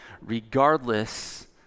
regardless